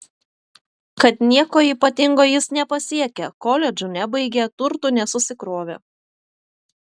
kad nieko ypatingo jis nepasiekė koledžų nebaigė turtų nesusikrovė